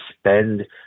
spend